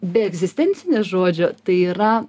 be egzistencinės žodžio tai yra